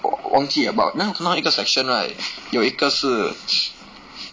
忘记了 but 我看到一个 section right 有一个是